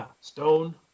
stone